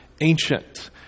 ancient